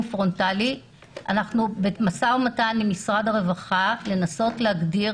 אנחנו במשא ומתן עם משרד הרווחה לנסות להגדיר